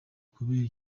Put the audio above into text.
kubera